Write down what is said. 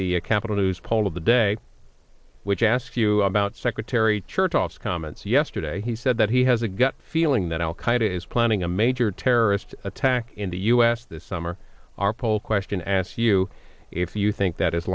the capital news poll of the day which asks you about secretary chertoff comments yesterday he said that he has a gut feeling that al qaeda is planning a major terrorist attack in the u s this summer our poll question asked you if you think that